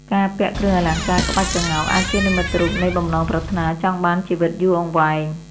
ការពាក់គ្រឿងអលង្ការក្បាច់ក្ងោកអាចជានិមិត្តរូបនៃបំណងប្រាថ្នាចង់បានជីវិតយូរអង្វែង។